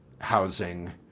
housing